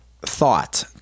thought